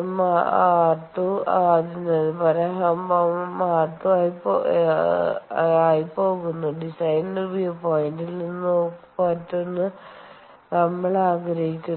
Mr2 എന്നതിനുപകരം M r2 ആയി പോകുന്നു ഡിസൈൻ വ്യൂപോയിന്റിൽ നിന്ന് മറ്റൊന്ന് നമ്മൾ ആഗ്രഹിക്കുന്നു